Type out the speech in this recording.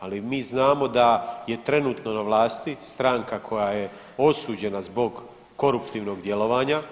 Ali mi znamo da je trenutno na vlasti stranka koja je osuđena zbog koruptivnog djelovanja.